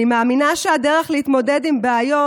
אני מאמינה שהדרך להתמודד עם בעיות